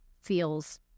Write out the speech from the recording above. feels